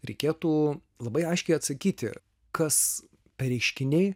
reikėtų labai aiškiai atsakyti kas per reiškiniai